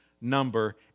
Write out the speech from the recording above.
number